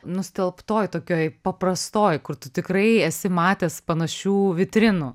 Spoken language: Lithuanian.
nustelbtoj tokioj paprastoj kur tu tikrai esi matęs panašių vitrinų